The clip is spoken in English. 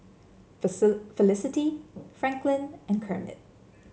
Felicity Franklyn and Kermit